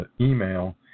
email